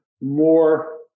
more